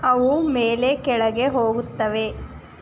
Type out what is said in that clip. ಅವು ಮೇಲೆ ಕೆಳಗೆ ಹೋಗುತ್ತವೆ